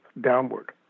downward